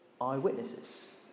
Eyewitnesses